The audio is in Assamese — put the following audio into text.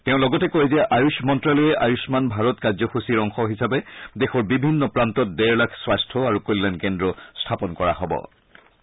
তেওঁ লগতে কয় যে আয়ুষ মন্তালয়ে আয়ুষ্মান ভাৰত কাৰ্যসূচীৰ অংশ হিচাপে দেশৰ বিভিন্ন প্ৰান্তত ডেৰ লাখ স্বাস্থ্য আৰু কল্যাণ কেন্দ্ৰ স্থাপন কৰা হব